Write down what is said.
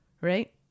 right